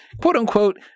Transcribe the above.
quote-unquote